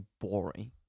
boring